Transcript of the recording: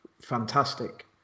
fantastic